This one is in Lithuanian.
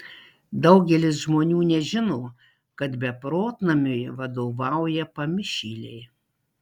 daugelis žmonių nežino kad beprotnamiui vadovauja pamišėliai